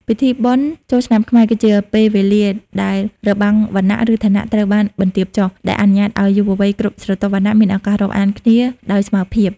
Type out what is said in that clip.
ពិធីបុណ្យចូលឆ្នាំខ្មែរ គឺជាពេលវេលាដែលរបាំងវណ្ណៈ ឬឋានៈត្រូវបានបន្ទាបចុះ ដែលអនុញ្ញាតឱ្យយុវវ័យគ្រប់ស្រទាប់វណ្ណៈមានឱកាសរាប់អានគ្នាដោយស្មើភាព។